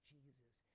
Jesus